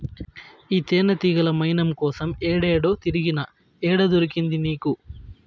ఈ తేనెతీగల మైనం కోసం ఏడేడో తిరిగినా, ఏడ దొరికింది నీకు